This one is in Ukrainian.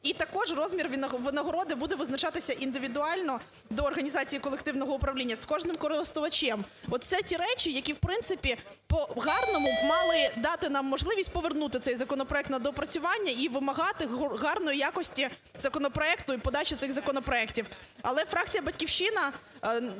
І також розмір винагороди буде визначатися індивідуально до організації колективного управління з кожним користувачем. Оце ті речі, які, в принципі, по-гарному мали б дати нам можливість повернути цей законопроект на доопрацювання і вимагати гарної якості законопроекту і подачі цих законопроектів. Але фракція "Батьківщина",